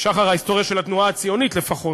משחר ההיסטוריה של התנועה הציונית לפחות,